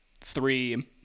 Three